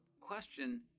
question